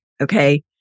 okay